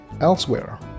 elsewhere